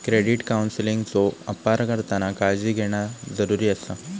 credit काउन्सेलिंगचो अपार करताना काळजी घेणा जरुरी आसा